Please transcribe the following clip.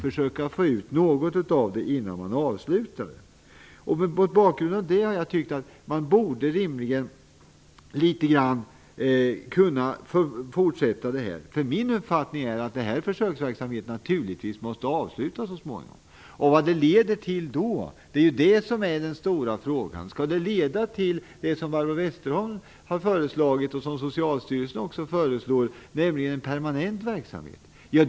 Försöket har ändå pågått ganska länge. Mot denna bakgrund tycker jag att det vore rimligt att fortsätta med försöket. Min uppfattning är att den här försöksverksamheten naturligtvis måste avslutas så småningom. Vad det skall leda till är den stora frågan. Skall det leda till det som Barbro Westerholm och också Socialstyrelsen föreslagit, nämligen en permanentning av verksamheten?